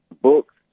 books